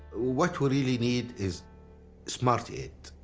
what we really need is smart aid,